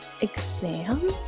exam